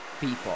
people